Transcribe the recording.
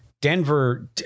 Denver